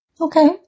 Okay